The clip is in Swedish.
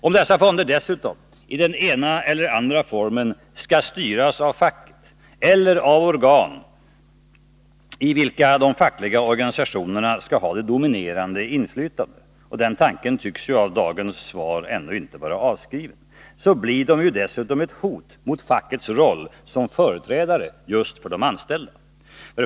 Om dessa fonder dessutom i den ena eller andra formen skall styras av facket eller av organ i vilka de fackliga organisationerna har det dominerande inflytandet — den tanken tycks ju att döma av dagens svar ännu inte vara avskriven — blir de dessutom ett hot mot fackets roll som företrädare för de anställda.